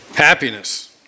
happiness